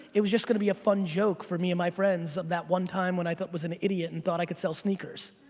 it was just gonna be a fun joke for me and my friends that one time when i was an idiot and thought i could sell sneakers.